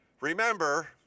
remember